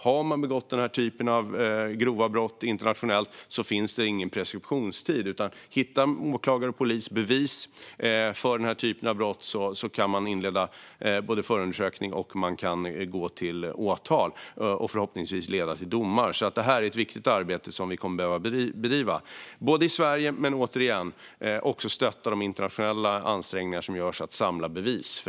Har man begått den här typen av grova brott, internationellt, finns det ingen preskriptionstid. Hittar åklagare och polis bevis för denna typ av brott kan man inleda förundersökningar, och man kan väcka åtal som förhoppningsvis leder till domar. Detta är alltså ett viktigt arbete som vi kommer att behöva bedriva i Sverige. Men, återigen, vi ska också stötta de internationella ansträngningar som görs för att samla bevis.